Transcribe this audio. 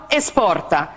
esporta